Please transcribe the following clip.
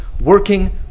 working